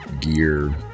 gear